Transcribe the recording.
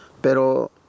Pero